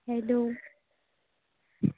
hello